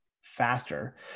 faster